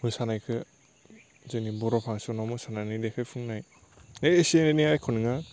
मोसानायखौ जोंनि बर' फांसनाव मोसानानै देखायफुंनाय है इसे एनैआ एखनङा